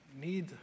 need